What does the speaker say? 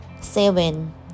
seven